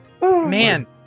Man